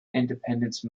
independence